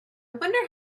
wonder